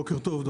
בוקר טוב.